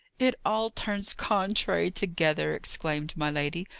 it all turns contrary together! exclaimed my lady,